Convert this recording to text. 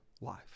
life